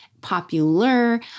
popular